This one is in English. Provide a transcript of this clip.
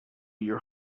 your